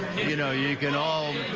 you know you can all.